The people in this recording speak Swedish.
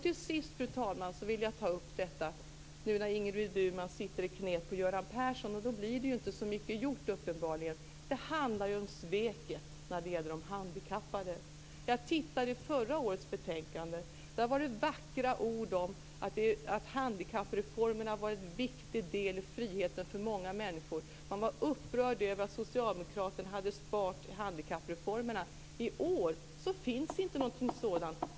Ingrid Burman sitter nu i knäet på Göran Persson, och uppenbarligen blir det inte så mycket gjort. Det handlar om sveket när det gäller de handikappade. Jag tittade i förra årets betänkande. Där var det vackra ord om att handikappreformerna var en viktig del av friheten för många människor. Man var upprörd över att socialdemokraterna hade sparat när det gäller handikappreformerna. I år finns inte någonting sådant.